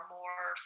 more